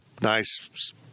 nice